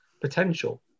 potential